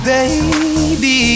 Baby